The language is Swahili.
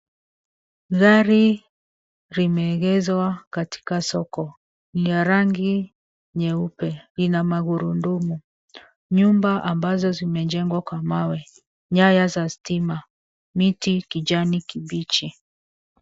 Gari limeegeshwa katika soko. Ni ya rangi nyeupe, lina magurudumu. Nyumba ambazo zimejengwa kwa mawe, nyaya za stima, miti kijani kibichi.